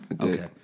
Okay